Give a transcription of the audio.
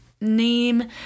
name